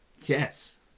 Yes